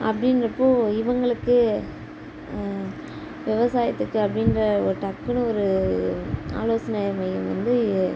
அப்படின்றப்போ இவங்களுக்கு விவசாயத்துக்கு அப்படின்ற ஒரு டக்குன்னு ஒரு ஆலோசனை மையம் வந்து